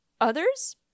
Others